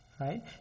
right